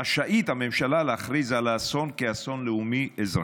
רשאית הממשלה להכריז על האסון כאסון לאומי-אזרחי.